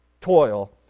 toil